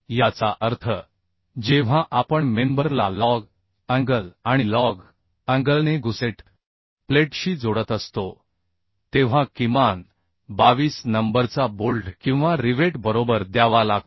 याचा अर्थ जेव्हा आपण मेंबरला लजअँगल आणि लज अँगलने गुसेट प्लेटशी जोडत असतो तेव्हा किमान 22 नंबरचा बोल्ट किंवा रिवेट बरोबर द्यावा लागतो